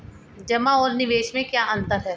जमा और निवेश में क्या अंतर है?